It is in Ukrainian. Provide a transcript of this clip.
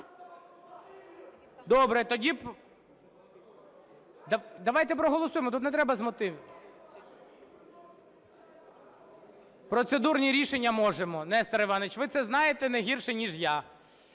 Добре. Тоді давайте проголосуємо, тут не треба з мотивів. Процедурні рішення можемо, Нестор Іванович, ви це знаєте не гірше ніж я,